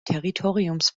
territoriums